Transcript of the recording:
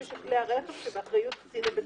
של כלי הרכב שבאחריות קצין הבטיחות.